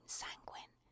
sanguine